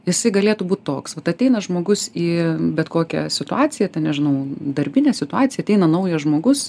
jisai galėtų būti toks vat ateina žmogus į bet kokią situaciją ten nežinau darbinė situacija ateina naujas žmogus